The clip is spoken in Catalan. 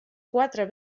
quatre